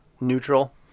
neutral